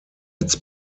its